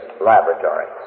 laboratories